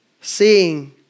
Seeing